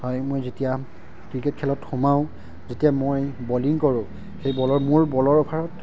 হয় মই যেতিয়া ক্ৰিকেট খেলত সোমাওঁ যেতিয়া মই বলিং কৰোঁ সেই বলৰ মোৰ বলৰ অভাৰত